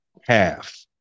half